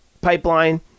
pipeline